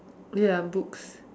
ya books